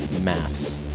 Maths